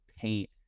paint